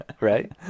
Right